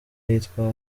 yitwa